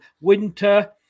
winter